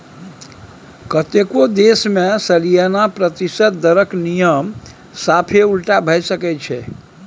कतेको देश मे सलियाना प्रतिशत दरक नियम साफे उलटा भए सकै छै